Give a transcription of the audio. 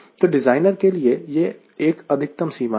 तो डिज़ाइनर के लिए यह अधिकतम सीमा है